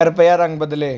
कृपया रंग बदलें